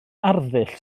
arddull